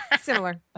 similar